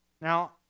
Now